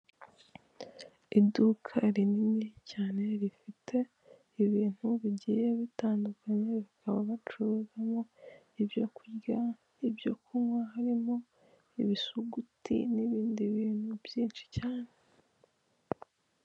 Iduka rinini cyane rifite ibintu bigiye bitandukanye bakaba bacuruzamo ibyo kurya no kunywa harimo: ibisuguti n'ibindi bintu byinshi cyane.